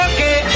Okay